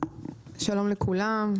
שלום לכולם.